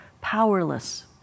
powerless